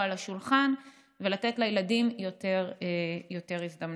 על השולחן ולתת לילדים יותר הזדמנויות.